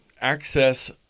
access